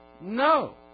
No